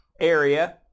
area